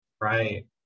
Right